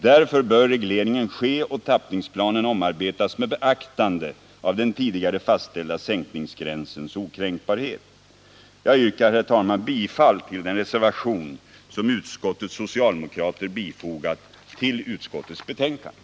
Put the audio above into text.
Därför bör regleringen ske och tappningsplanen omarbetas med beaktande av den tidigare fastställda sänkningsgränsens okränkbarhet. Jag yrkar, fru talman, bifall till den reservation som utskottets socialdemokrater fogat vid utskottets betänkande.